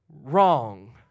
wrong